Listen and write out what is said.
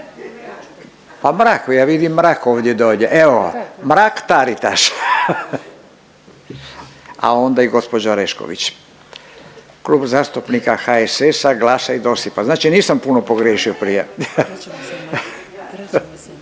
Pa mrak ja vidim mrak ovdje dolje, evo Mrak-TAritaš, a onda i gospođa Orešković, Klub zastupnika HSS-a, GLAS-a i DOSIP-a znači nisam puno pogriješio prije.